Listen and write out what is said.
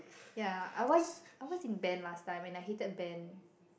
cause